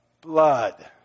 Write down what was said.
Blood